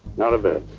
not a bit.